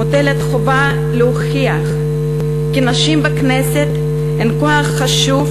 מוטלת חובה להוכיח כי נשים בכנסת הן כוח חשוב